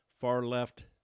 far-left